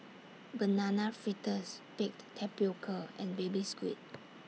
Banana Fritters Baked Tapioca and Baby Squid